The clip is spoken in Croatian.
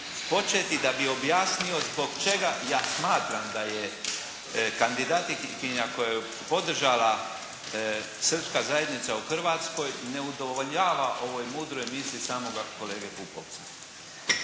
početi da bi objasnio zbog čega ja smatram da je kandidatkinja koju je podržala srpska zajednica u Hrvatskoj ne udovoljava ovoj mudroj misli samoga kolega Pupovca.